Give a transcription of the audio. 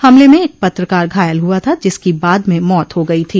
हमले में एक पत्रकार घायल हुआ था जिसकी बाद में मौत हो गई थी